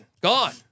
gone